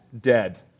dead